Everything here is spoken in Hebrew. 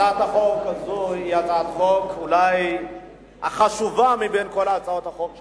הצעת החוק הזאת היא אולי החשובה מכל הצעות החוק שעולות.